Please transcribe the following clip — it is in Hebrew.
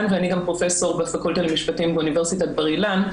ואני גם פרופסור בפקולטה למשפטים באוניברסיטת בר אילן.